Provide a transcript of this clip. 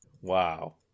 Wow